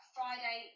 Friday